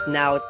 now